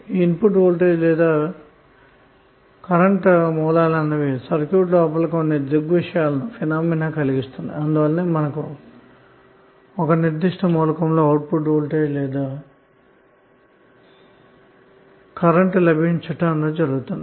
ఈ input voltage లేదా current sources అన్నవి సర్క్యూట్ లోపల కొన్ని దృగ్విషయాలను కలిగిస్తున్నాయి అందువలనే మనకు ఒక నిర్దిష్ట మూలకం లో అవుట్పుట్ వోల్టేజ్ లేదా కరెంటు లభించటం జరుగుతుంది